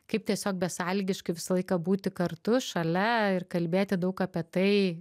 kaip tiesiog besąlygiškai visą laiką būti kartu šalia ir kalbėti daug apie tai